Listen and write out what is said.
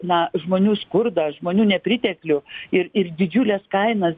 na žmonių skurdą žmonių nepriteklių ir ir didžiules kainas